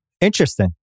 Interesting